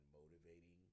motivating